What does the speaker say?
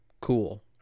Cool